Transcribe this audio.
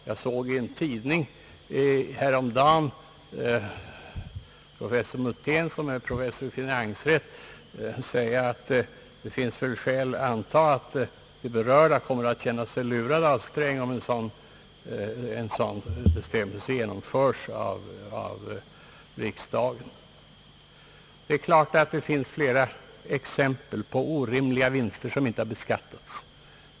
Jag såg i en tidning häromdagen att professor Mutén, som är professor i finansrätt, uttalat att det finns skäl anta att de berörda parterna kommer att känna sig lurade av herr Sträng om en sådan bestämmelse genomförs av riksdagen. Det finns givetvis många exempel på orimliga vinster som inte har beskattats.